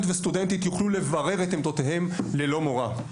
וסטודנטית יוכלו לברר את עמדותיהם ללא מורא.